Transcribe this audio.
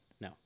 No